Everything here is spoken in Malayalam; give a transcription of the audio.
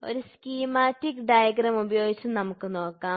ഒരു സ്കീമാറ്റിക് ഡയഗ്രം ഉപയോഗിച്ച് നമുക്ക് നോക്കാം